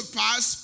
pass